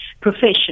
profession